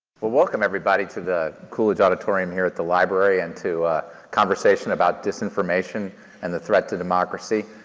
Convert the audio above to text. welcome everybody to the coolidge auditorium here at the library and to conversation about disinformation and the threat to democracy.